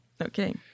Okay